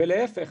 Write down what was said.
להיפך,